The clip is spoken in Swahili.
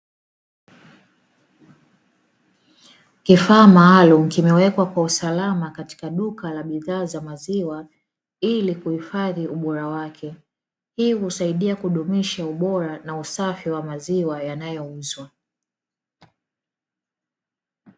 Kifaa maalumu kimewekwa kwa usalama katika duka la bidhaa za maziwa ili kuhifadhi ubora wake. Hii husaidia kuboresha ubora na usafi wa maziwa yanayouzwa.